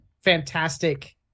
fantastic